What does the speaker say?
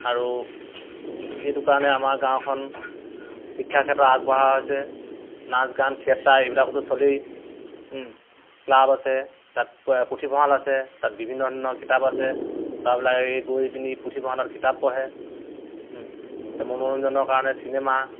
আৰু এইটো কাৰণে আমাৰ গাঁওখন শিক্ষা ক্ষেত্ৰত আগবঢ়া হৈছে নাচ গান থিয়েটাৰ এইবিলাকতো চলেই ক্লাব আছে তাত পুথিভঁৰাল আছে তাত বিভিন্ন ধৰণৰ কিতাপ আছে ল'ৰাবিলাকে গৈ পিনি পুথিভঁৰালত কিতাপ পঢ়ে মনোৰঞ্জনৰ কাৰণে চিনেমা